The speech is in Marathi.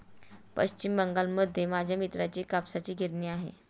पश्चिम बंगालमध्ये माझ्या मित्राची कापसाची गिरणी आहे